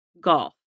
golf